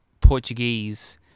Portuguese